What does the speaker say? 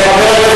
איך אומרים,